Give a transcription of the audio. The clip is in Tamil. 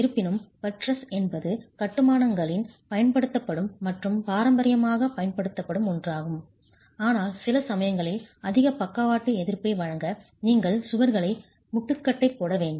இருப்பினும் பட்ரஸ் என்பது கட்டுமானங்களில் பயன்படுத்தப்படும் மற்றும் பாரம்பரியமாகப் பயன்படுத்தப்படும் ஒன்றாகும் ஆனால் சில சமயங்களில் அதிக பக்கவாட்டு எதிர்ப்பை வழங்க நீங்கள் சுவர்களை முட்டுக்கட்டை போட வேண்டும்